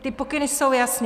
Ty pokyny jsou jasné.